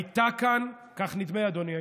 הייתה כאן, כך נדמה, אדוני היושב-ראש,